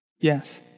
Yes